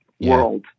world